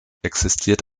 existiert